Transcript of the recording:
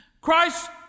Christ